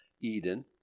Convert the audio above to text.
Eden